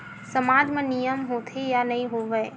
सामाज मा नियम होथे या नहीं हो वाए?